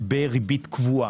בריבית קבועה,